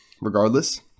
regardless